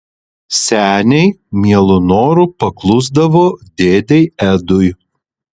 seniai mielu noru paklusdavo dėdei edui